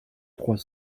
trois